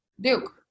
Duke